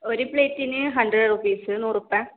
ഒരു പ്ലേറ്റിന് hundred rupees നൂറുപ്പ്യ